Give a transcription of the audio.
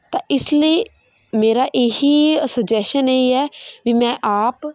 ਤਾਂ ਇਸ ਲਈ ਮੇਰਾ ਇਹੀ ਅਸਜੈਸ਼ਨ ਇਹ ਹੈ ਵੀ ਮੈਂ ਆਪ